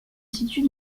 situe